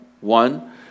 one